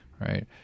right